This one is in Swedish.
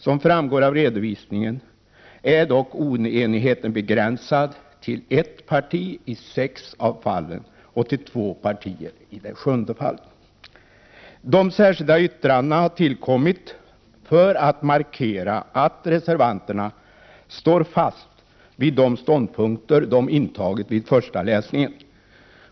Som framgår av redovisningen är dock oenigheten Prot. 1988/89:35 begränsad till ett parti i sex av fallen och till två partier i det sjunde fallet. 30 november 1988 De särskilda yttrandena har tillkommit för att markera att reservanterna — tmpood. om od ag står fast vid de ståndpunkter som de har intagit vid första läsningen.